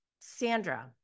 Sandra